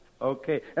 Okay